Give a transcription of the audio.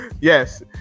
Yes